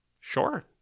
sure